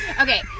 Okay